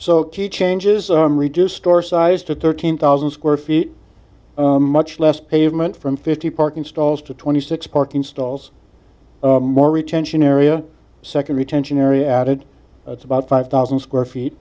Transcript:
so key changes reduced or size to thirteen thousand square feet much less pavement from fifty parking stalls to twenty six parking stalls more retention area second retention area added it's about five thousand square feet